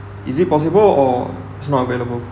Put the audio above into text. is it possible or is not available